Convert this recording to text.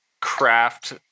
craft